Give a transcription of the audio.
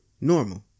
normal